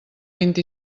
vint